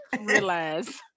realize